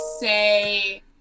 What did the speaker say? say